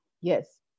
Yes